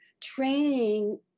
training